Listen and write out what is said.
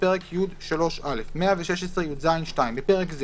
פרק י3א 116יז בפרק זה